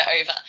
over